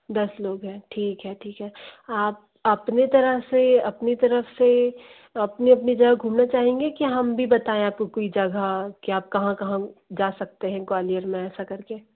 दस लोग हैं ठीक है ठीक है आप अपनी तरह से अपनी तरफ़ से अपनी अपनी जगह घूमने चाहेंगे कि हम भी बताएं आपको कोई जगह की आप कहाँ कहाँ जा सकते हैं ग्वालियर में ऐसा करके